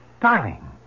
darling